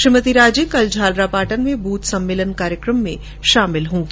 श्रीमती राजे कल झालरापाटन में बूथ सम्मेलन कार्यक्रम में शामिल होगी